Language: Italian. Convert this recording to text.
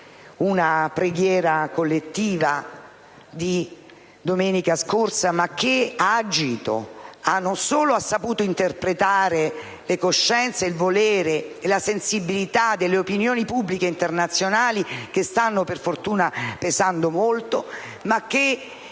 di preghiera collettiva sabato scorso, ma ha agito. Non solo egli ha saputo interpretare le coscienze, il volere e la sensibilità delle opinioni pubbliche internazionali (che stanno, per fortuna, pesando molto), ma il